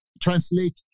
translate